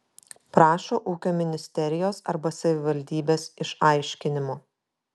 prašo ūkio ministerijos arba savivaldybės išaiškinimo